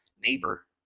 neighbor